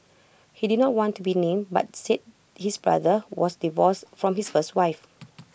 he did not want to be named but said his brother was divorced from his first wife